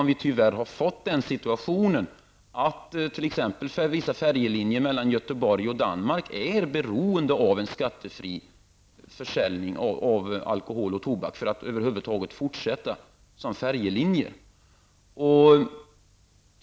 Vi har nämligen den situationen att vissa färjelinjer mellan t.ex. Göteborg och Danmark är beroende av en skattefri försäljning av alkohol och tobak för att över huvud taget kunna fortsätta som färjelinje.